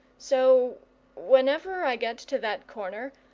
so whenever i get to that corner,